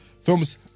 films